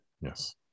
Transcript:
yes